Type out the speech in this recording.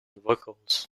vocals